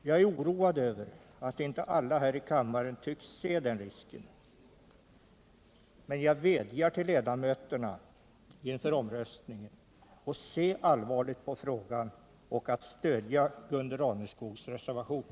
Jag är oroad över att inte alla ledamöter här i kammaren tycks se den risken, men jag vädjar till ledamöterna inför omröstningen att se allvarligt på frågan och stödja Gunde Raneskogs reservation.